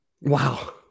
Wow